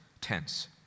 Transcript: tense